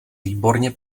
výborně